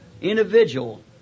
individual